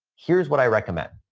here's what i recommend.